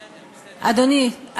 אדוני,